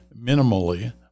minimally